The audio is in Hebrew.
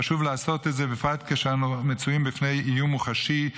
חשוב לעשות את זה בפרט כשאנו מצויים בפני איום מוחשי,